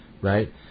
right